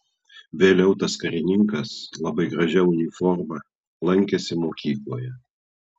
vėliau tas karininkas labai gražia uniforma lankėsi mokykloje